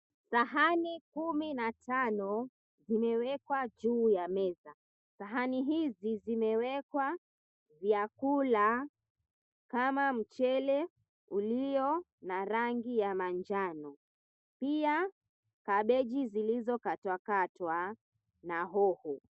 Sahani kumi na tano zimewekwa juu ya meza. Sahani hizi zimewekwa vyakula kama mchele ulio na rangi ya manjano. Pia kabeji zilizokatwakatwa na hoho.